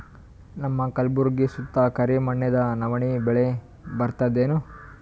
ನಮ್ಮ ಕಲ್ಬುರ್ಗಿ ಸುತ್ತ ಕರಿ ಮಣ್ಣದ ನವಣಿ ಬೇಳಿ ಬರ್ತದೇನು?